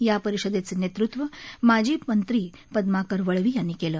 या परिषदेचे नेतृत्व माजी मंत्री पदमाकर वळवी यांनी केलं